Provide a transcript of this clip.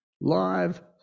live